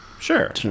Sure